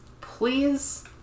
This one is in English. Please